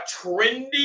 trendy